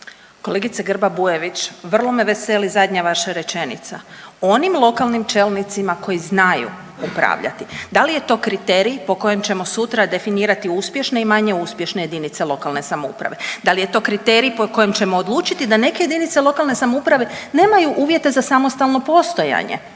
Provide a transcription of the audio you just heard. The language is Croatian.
Kolegice Grba Bujević, vrlo me veseli zadnja vaša rečenica. Onim lokalnim čelnicima koji znaju upravljati. Da li je to kriterij po kojem ćemo sutra definirati uspješne i manje uspješne jedinice lokalne samouprave? Da li je to kriterij po kojem ćemo odlučiti da neke jedinice lokalne samouprave nemaju uvjete za samostalno postojanje?